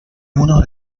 uno